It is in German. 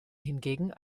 hingegen